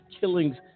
killings